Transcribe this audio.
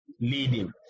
leading